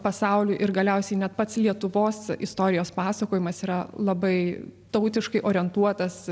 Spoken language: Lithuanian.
pasauliu ir galiausiai net pats lietuvos istorijos pasakojimas yra labai tautiškai orientuotas